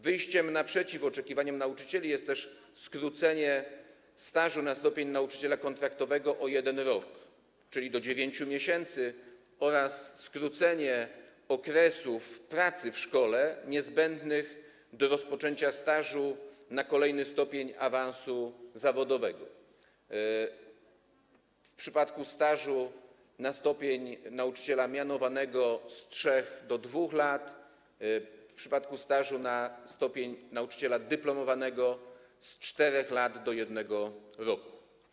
Wyjściem naprzeciw oczekiwaniom nauczycieli jest też skrócenie stażu na stopień nauczyciela kontraktowego o 1 rok, czyli do 9 miesięcy, oraz skrócenie okresów pracy w szkole niezbędnych do rozpoczęcia stażu na kolejny stopień awansu zawodowego: w przypadku stażu na stopień nauczyciela mianowanego z 3 lat do 2 lat, w przypadku stażu na stopień nauczyciela dyplomowanego z 4 lat do 1 roku.